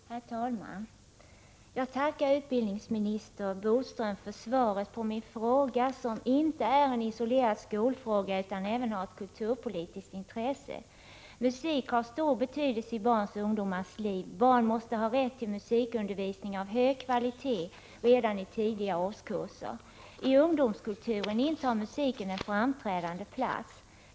Herr talman! Jag tackar utbildningsminister Bodström för svaret på min fråga, som inte är en isolerad skolfråga utan som även har ett kulturpolitiskt intresse. Musik har stor betydelse i barns och ungdomars liv. Barn måste ha rätt till musikundervisning av hög kvalitet redan i tidiga årskurser. I ungdomskulturen intar musiken en framträdande plats.